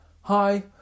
Hi